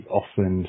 often